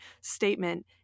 statement